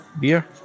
beer